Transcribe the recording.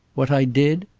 what i did?